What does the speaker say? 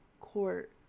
Court